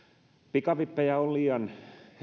pikavippejä on liian helppo